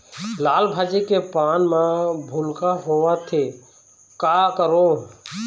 लाल भाजी के पान म भूलका होवथे, का करों?